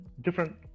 different